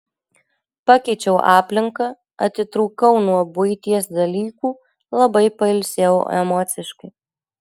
pakeičiau aplinką atitrūkau nuo buities dalykų labai pailsėjau emociškai